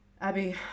Abby